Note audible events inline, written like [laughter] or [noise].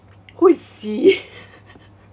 who is C [laughs]